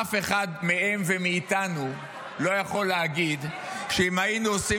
אף אחד מהם ומאיתנו לא יכול להגיד שאם היינו עושים